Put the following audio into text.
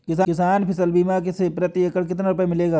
किसान फसल बीमा से प्रति एकड़ कितना रुपया मिलेगा?